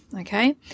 okay